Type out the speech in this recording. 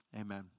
amen